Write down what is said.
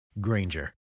Granger